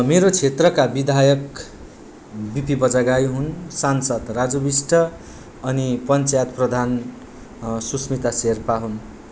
मेरो क्षेत्रका विधायक बी पी बजगाईँ हुन् सांसद राजु बिष्ट अनि पञ्चयात प्रधान सुस्मिता शेर्पा हुन्